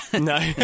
No